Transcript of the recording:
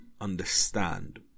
understand